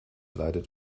leidet